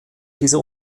dieser